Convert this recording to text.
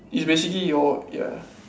it's basically your ya